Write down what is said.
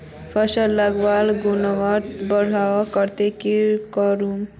फसल लार गुणवत्ता बढ़वार केते की करूम?